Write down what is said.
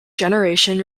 generation